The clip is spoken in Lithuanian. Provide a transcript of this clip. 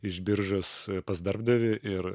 iš biržos pas darbdavį ir